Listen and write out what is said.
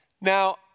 Now